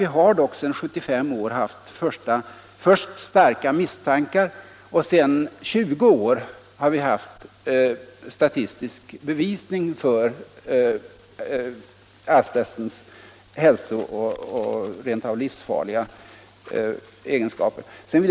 Vi har dock sedan 75 år tillbaka haft starka misstankar om och sedan 20 år tillbaka statistisk bevisning för asbestens hälsooch rent av livsfarliga egenskaper.